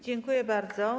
Dziękuję bardzo.